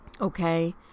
okay